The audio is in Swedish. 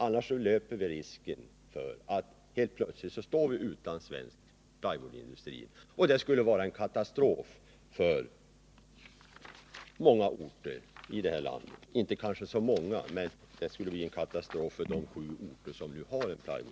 Annars löper vi risken att helt plötsligt stå utan plywoodindustri, och det skulle vara en katastrof för de sju orter som nu har en sådan.